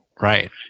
right